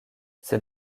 c’est